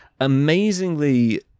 amazingly